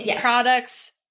Products